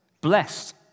Blessed